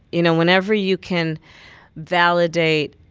you know, whenever you can validate